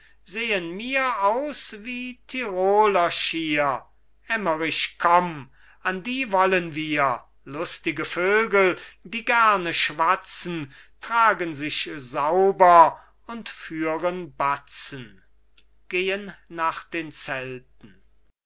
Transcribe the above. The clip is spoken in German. sehen mir aus wie tiroler schier emmerich komm an die wollen wir lustige vögel die gerne schwatzen tragen sich sauber und führen batzen gehen nach den zelten